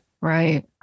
Right